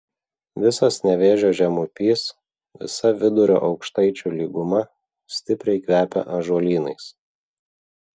visas nevėžio žemupys visa vidurio aukštaičių lyguma stipriai kvepia ąžuolynais